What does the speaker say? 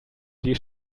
die